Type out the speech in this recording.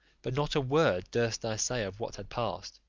but not a word durst i say of what had passed,